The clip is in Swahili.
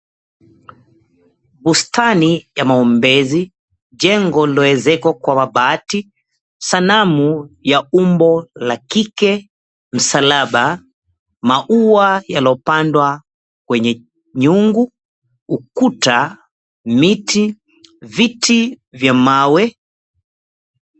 Bustani ya maombezi, jengo lililoezekwa kwa mabati, sanamu ya umbo la kike, msalaba, maua yaliyopandwa kwenye nyungu, ukuta, miti, viti vya mawe.